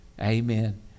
Amen